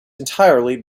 entirely